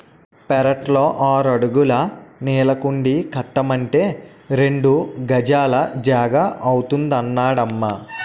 పెరట్లో ఆరడుగుల నీళ్ళకుండీ కట్టమంటే రెండు గజాల జాగా అవుతాదన్నడమ్మా